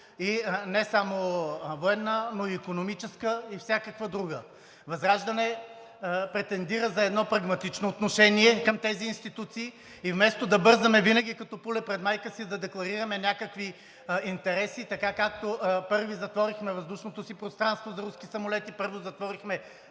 не само военна, но и икономическа, и всякаква друга. ВЪЗРАЖДАНЕ претендира за едно прагматично отношение към тези институции. Вместо да бързаме винаги като пуле пред майка си да декларираме някакви интереси, така както първи затворихме въздушното си пространство за руски самолети, първи затворихме